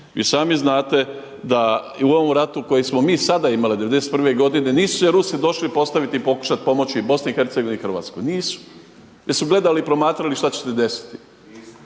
I sami znate da i u ovom ratu koji smo mi sada imali '91. godine, nisu se Rusi došli postaviti i pokušati pomoći BiH-a i Hrvatskoj, nisu jer su gledali i promatrali šta će se desiti.